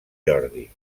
jordi